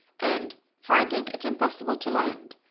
and, finding it impossible to land,